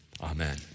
Amen